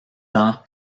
temps